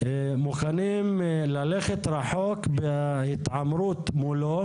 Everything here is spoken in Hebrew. מוכנים ללכת רחוק בהתעמרות מולו,